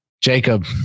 jacob